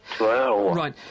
right